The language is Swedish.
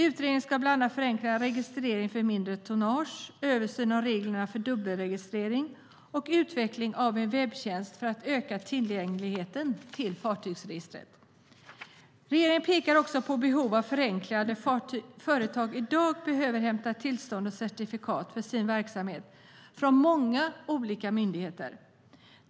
Bland annat ska förenklad registrering för mindre tonnage, reglerna för dubbelregistrering och en utveckling av en webbtjänst för att öka tillgängligheten till fartygsregistret utredas. Regeringen pekar också på behov av förenklingar där företag i dag behöver hämta tillstånd och certifikat för sin verksamhet från många olika myndigheter.